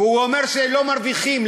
והוא אומר שהם לא מרוויחים.